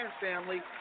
family